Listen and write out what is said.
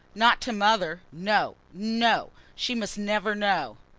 not to mother, no, no. she mustn't ever know.